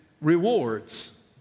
rewards